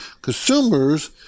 consumers